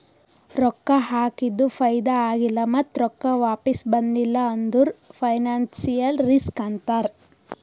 ರೊಕ್ಕಾ ಹಾಕಿದು ಫೈದಾ ಆಗಿಲ್ಲ ಮತ್ತ ರೊಕ್ಕಾ ವಾಪಿಸ್ ಬಂದಿಲ್ಲ ಅಂದುರ್ ಫೈನಾನ್ಸಿಯಲ್ ರಿಸ್ಕ್ ಅಂತಾರ್